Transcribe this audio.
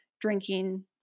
drinking